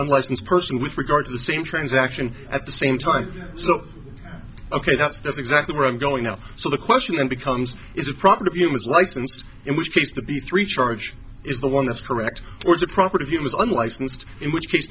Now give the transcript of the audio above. unlicensed person with regard to the same transaction at the same time so ok that's that's exactly where i'm going now so the question then becomes is a property of humans licensed in which case the b three charge is the one that's correct or the property was unlicensed in which case